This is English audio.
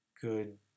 good